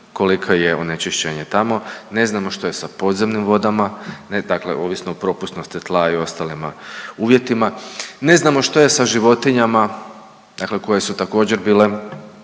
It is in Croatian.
koliko je onečišćenje tamo, ne znamo što je sa podzemnim vodama, dakle ovisno o propusnosti tla i ostalima uvjetima, ne znamo što je sa životinjama, dakle koje su također bile